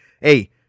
hey